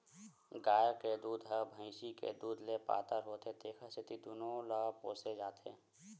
गाय के दूद ह भइसी के दूद ले पातर होथे तेखर सेती दूनो ल पोसे जाथे